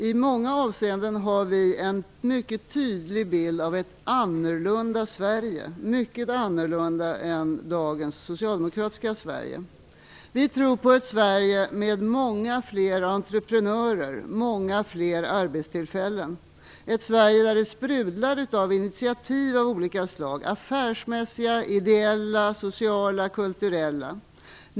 I många avseenden har vi en mycket tydlig bild av ett annorlunda Sverige, ett Sverige som är mycket annorlunda mot dagens socialdemokratiska Vi tror på ett Sverige med många fler entreprenörer och många fler arbetstillfällen, ett Sverige där det sprudlar av initiativ av olika slag - affärsmässiga, ideella, sociala och kulturella.